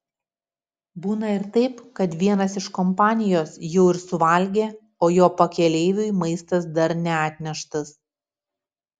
būna ir taip kad vienas iš kompanijos jau ir suvalgė o jo pakeleiviui maistas dar neatneštas